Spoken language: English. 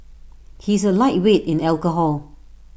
he is A lightweight in alcohol